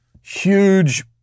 huge